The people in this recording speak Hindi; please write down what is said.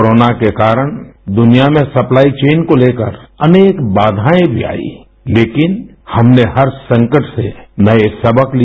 कोरोना के कारण दुनिया में सप्लाई चेन को लेकर अनेक बाघाएं भी आई लेकिन हमने हर संकट से नए सबक लिए